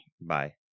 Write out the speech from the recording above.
Bye